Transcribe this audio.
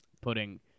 putting